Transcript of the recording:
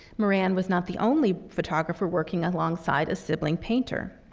moran was not the only photographer working alongside a sibling painter.